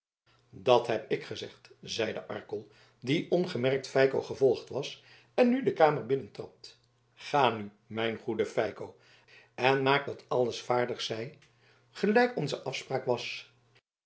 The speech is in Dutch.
dat heb ik gezegd zeide arkel die ongemerkt feiko gevolgd was en nu de kamer binnentrad ga nu mijn goede feiko en maak dat alles vaardig zij gelijk onze afspraak was